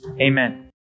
amen